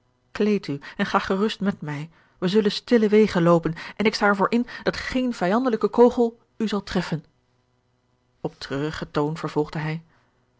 kleed u en ga gerust met mij wij zullen stille wegen loopen en ik sta er voor in dat geen vijandelijke kogel u zal treffen op treurigen toon vervolgde hij